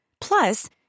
Plus